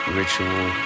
ritual